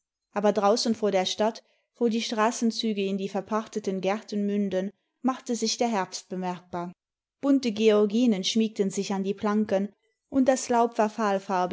aber draußen vor der stadt wo die straßenzüge in die verpachteten gärten münden machte sich der herbst bemerkbar bimte georginen schmiegten sich an die planken und das laub war